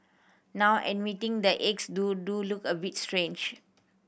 now admitting the eggs to do look a bit strange